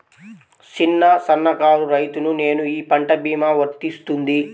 చిన్న సన్న కారు రైతును నేను ఈ పంట భీమా వర్తిస్తుంది?